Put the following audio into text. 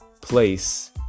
place